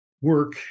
work